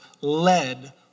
led